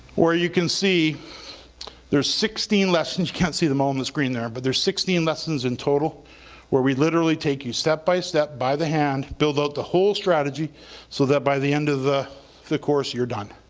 where you can see there's sixteen lessons, you can't see them all on and the screen there but there's sixteen lessons in total where we literally take you step by step by the hand, build out the whole strategy so that by the end of the the course, you're done.